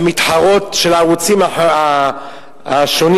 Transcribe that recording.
המתחרות, של הערוצים השונים